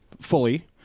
fully